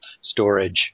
storage